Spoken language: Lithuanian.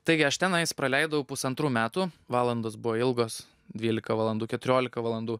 taigi aš tenais praleidau pusantrų metų valandos buvo ilgos dvylika valandų keturiolika valandų